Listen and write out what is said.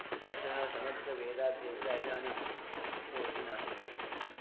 तादृशः समग्रवेदाध्येता इदानिं कोपि नास्ति